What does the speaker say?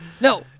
no